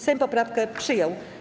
Sejm poprawkę przyjął.